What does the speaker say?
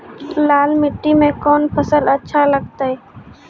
लाल मिट्टी मे कोंन फसल अच्छा लगते?